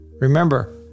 Remember